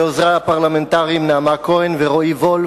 לעוזרי הפרלמנטריים נעמה כהן ורועי וולף,